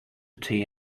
tea